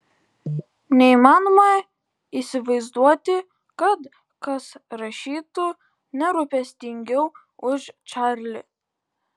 neįmanoma įsivaizduoti kad kas rašytų nerūpestingiau už čarlį